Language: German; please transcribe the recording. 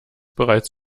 bereits